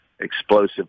explosive